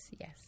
yes